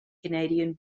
canadian